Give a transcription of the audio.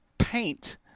paint